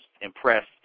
impressed